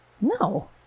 no